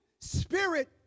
Spirit